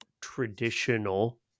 traditional